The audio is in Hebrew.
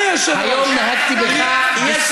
אני נאלץ לקרוא אותך לסדר פעם שלישית.